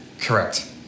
correct